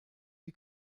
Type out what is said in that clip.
die